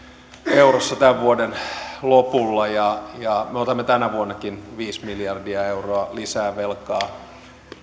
eurossa tämän vuoden lopulla ja ja me otamme tänä vuonnakin viisi miljardia euroa lisää velkaa